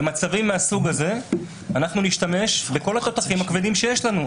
במצבים מהסוג הזה אנחנו נשתמש בכול התותחים הכבדים שיש לנו,